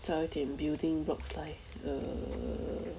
thirteen building blocks 来 err